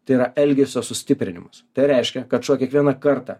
tai yra elgesio sustiprinimas tai reiškia kad šuo kiekvieną kartą